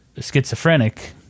schizophrenic